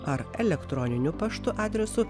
ar elektroniniu paštu adresu